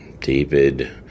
David